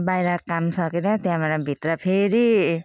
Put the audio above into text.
बाहिरको काम सकेर त्यहाँबाट भित्र फेरि